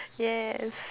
yes